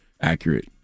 accurate